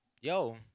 Yo